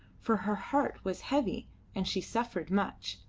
for her heart was heavy and she suffered much,